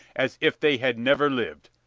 as if they had never lived.